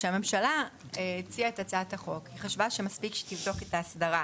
כשהממשלה הציעה את הצעת החוק היא חשבה שמספיק שתבדוק את האסדרה.